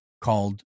called